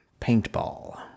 paintball